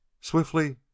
Swiftly